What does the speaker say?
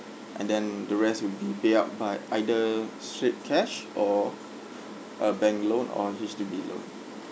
and then the rest would be pay out by either straight cash or a bank loan or H_D_B loan